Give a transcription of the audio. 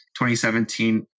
2017